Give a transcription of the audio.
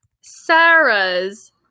Sarah's